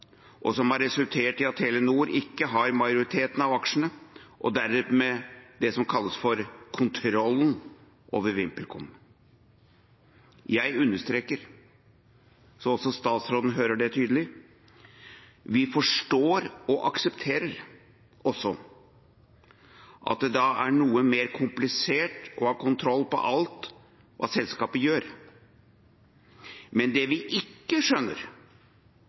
som har resultert i at Telenor ikke har majoriteten av aksjene, og dermed det som kalles for kontrollen over VimpelCom. Jeg understreker, så også statsråden hører det tydelig: Vi forstår og aksepterer også at det da er noe mer komplisert å ha kontroll på alt hva selskapet gjør. Men det vi ikke skjønner,